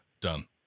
Done